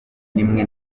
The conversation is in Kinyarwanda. nimwe